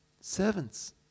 servants